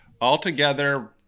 Altogether